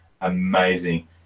amazing